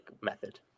method